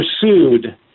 pursued